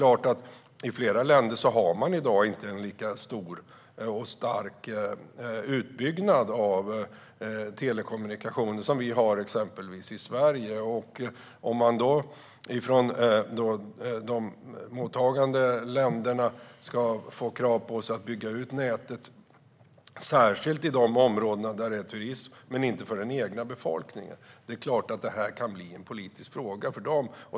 I flera länder har man i dag inte en lika stark utbyggnad av telekommunikation som vi har i exempelvis Sverige. Om man då i de mottagande länderna får krav på sig att bygga ut nätet särskilt i de områden där det är turism men inte för den egna befolkningen är det klart att det kan bli en politisk stridsfråga.